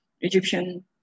Egyptian